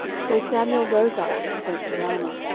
so samuel rose up, and went to ramah.